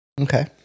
Okay